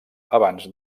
abans